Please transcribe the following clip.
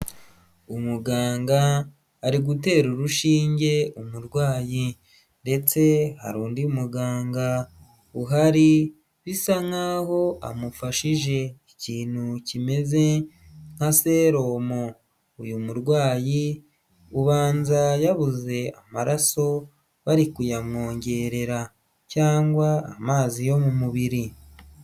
Umuganga ari gutera urushinge umurwayi ndetse hari undi muganga uhari bisa nk'aho amufashije ikintu kimeze nka seromo uyu murwayi ubanza yabuze amaraso bari kuyamwongerera cyangwa amazi yo mu mubiri.